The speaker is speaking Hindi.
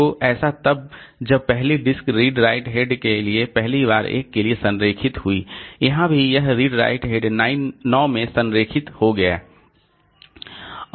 तो ऐसा तब जब पहली डिस्क रीड राइट हेड के लिए पहली बार 1 के लिए संरेखित हुई यहाँ भी यह रीड राइट हेड 9 में संरेखित हो गया